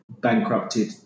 bankrupted